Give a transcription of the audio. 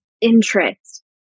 interest